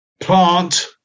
plant